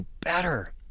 better